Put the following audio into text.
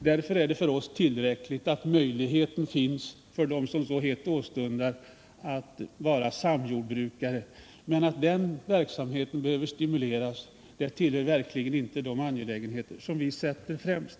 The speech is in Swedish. Därför är det för oss tillräckligt att möjligheten finns för dem som hett åstundar att vara samjordbrukare, men att stimulera den verksamheten tillhör verkligen inte de angelägenheter som vi sätter främst.